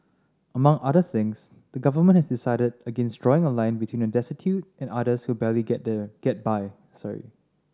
among other things the Government has decided against drawing a line between the destitute and others who barely get there get by sorry